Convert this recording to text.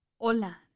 Hola